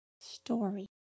story